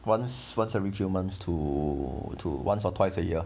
once once every few months to to once or twice a year